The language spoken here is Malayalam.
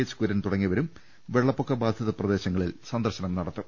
എച്ച് കുര്യൻ തുടങ്ങിയവരും വെള്ളപ്പൊക്ക ബാധിത പ്രദേശങ്ങളിൽ സന്ദർശനം നടത്തും